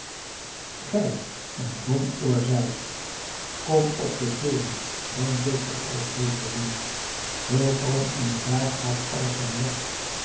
gij een domoor zijt kom op den toren dan zult gij alles beter zien heel kalm en bedaard gaat alles in zijn werk